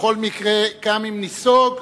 בכל מקרה גם אם ניסוג,